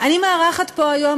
אני מארחת פה היום,